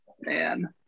Man